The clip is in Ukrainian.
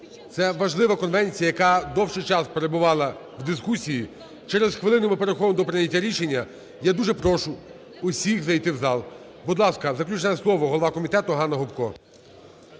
Це важлива конвенція, яка довший час перебувала в дискусії. Через хвилину ми переходимо до прийняття рішення. Я дуже прошу всіх зайти в зал. Будь ласка, заключне слово, голова комітету Ганна Гопко.